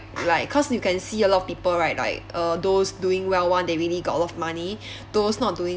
like cause you can see a lot of people right like uh those doing well one they really got a lot of money those not doing